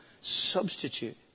substitute